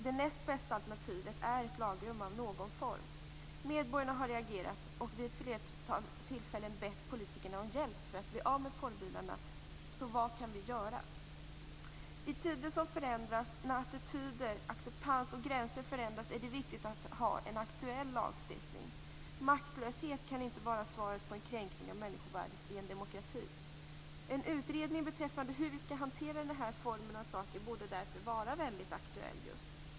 Det näst bästa alternativet är ett lagrum i någon form. Medborgarna har reagerat och vid ett flertal tillfällen bett politikerna om hjälp för att bli av med porrbilarna. Vad kan vi då göra? I tider som förändras, när attityder, acceptans och gränser förändras, är det viktigt att ha en aktuell lagstiftning. Maktlöshet kan inte vara svaret på en kränkning av människovärdet i en demokrati. En utredning om hur vi skall hantera dessa saker borde därför vara mycket aktuell.